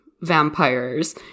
vampires